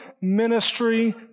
ministry